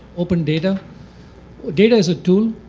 open data data is a tool.